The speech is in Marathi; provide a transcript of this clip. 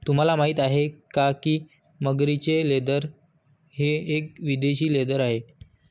तुम्हाला माहिती आहे का की मगरीचे लेदर हे एक विदेशी लेदर आहे